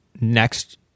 next